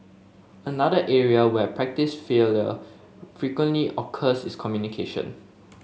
another area where practise frequently occurs is communication